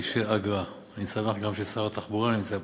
כבישי אגרה, אני שמח שגם שר התחבורה נמצא פה,